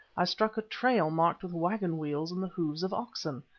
i struck a trail marked with waggon-wheels and the hoofs of oxen.